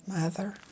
mother